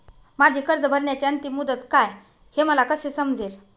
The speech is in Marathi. माझी कर्ज भरण्याची अंतिम मुदत काय, हे मला कसे समजेल?